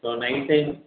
இப்போது night time